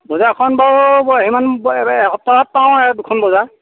বজাৰখন বাৰু সিমান এসপ্তাহত পাওঁ আৰু দুখন বজাৰ